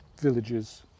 villages